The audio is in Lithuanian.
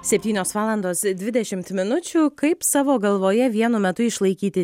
septynios valandos dvidešimt minučių kaip savo galvoje vienu metu išlaikyti